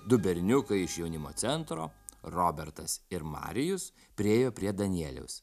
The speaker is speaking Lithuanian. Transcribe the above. du berniukai iš jaunimo centro robertas ir marijus priėjo prie danieliaus